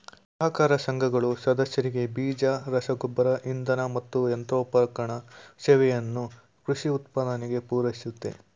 ಸಹಕಾರ ಸಂಘಗಳು ಸದಸ್ಯರಿಗೆ ಬೀಜ ರಸಗೊಬ್ಬರ ಇಂಧನ ಮತ್ತು ಯಂತ್ರೋಪಕರಣ ಸೇವೆಯನ್ನು ಕೃಷಿ ಉತ್ಪಾದನೆಗೆ ಪೂರೈಸುತ್ತೆ